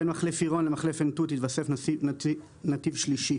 בין מחלף עירון למחלף עין תות ייווסף נתיב שלישי.